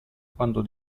quando